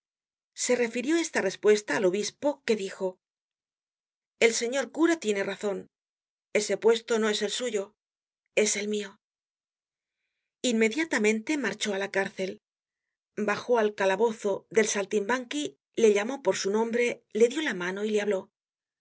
se refirió esta respuesta al obispo que dijo el señor cura tiene razon ese puesto no es el suyo es el mio inmediatamente marchó á la cárcel bajó al calabozo del saltimbanqui le llamó por su nombre le dió la mano y le habló